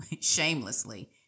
shamelessly